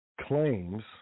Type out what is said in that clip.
claims